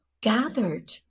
gathered